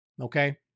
Okay